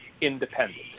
independent